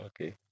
okay